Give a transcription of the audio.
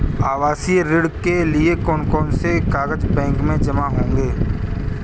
आवासीय ऋण के लिए कौन कौन से कागज बैंक में जमा होंगे?